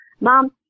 Mom